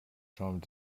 trump